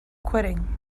quitting